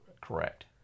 correct